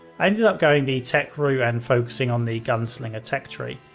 i ended up going the tech route and focusing on the gunslinger tech tree.